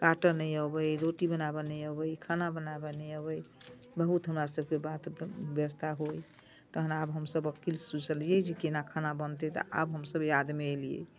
काटऽ नहि अबै रोटी बनाबऽ नहि अबै खाना बनाबऽ नहि अबै बहुत हमरा सबके बात व्यवस्था होइ तहन आब हमसब अकिल सोचलियै जे केना खाना बनतै तऽ आब हमसब याद मे एलियै